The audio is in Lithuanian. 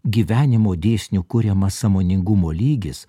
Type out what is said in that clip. gyvenimo dėsnių kuriamas sąmoningumo lygis